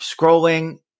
scrolling